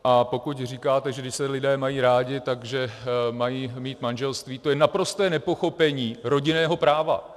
A pokud říkáte, když se lidé mají rádi, že mají mít manželství, to je naprosté nepochopení rodinného práva.